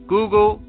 Google